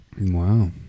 Wow